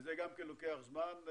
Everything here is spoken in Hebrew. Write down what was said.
זה גם לוקח זמן.